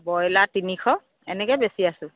broiler তিনিশ এনেকৈ বেছি আছোঁ